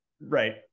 Right